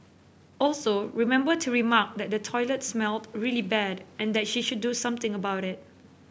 also remember to remark that the toilet smelled really bad and that she should do something about it